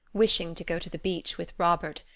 wishing to go to the beach with robert,